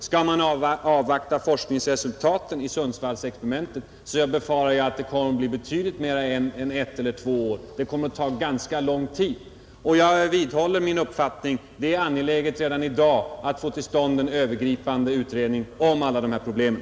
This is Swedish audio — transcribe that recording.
Skall man avvakta forskningsresultaten i Sundsvallsexperimentet, så befarar jag att det kommer att röra sig om betydligt mer än ett eller två år — det kommer att ta ganska lång tid. Och jag vidhåller min uppfattning: Det är angeläget redan i dag att få till stånd en övergripande utredning om alla de här problemen.